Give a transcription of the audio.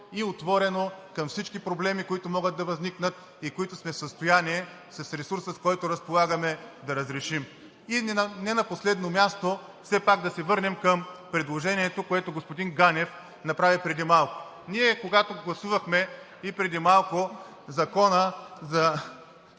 и отворено към всички проблеми, които могат да възникнат и които сме състояние с ресурса, с който разполагаме, да разрешим. Не на последно място, все пак да се върнем към предложението, което господин Ганев направи преди малко. Ние, когато гласувахме Закона за